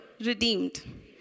redeemed